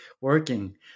working